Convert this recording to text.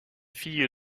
fille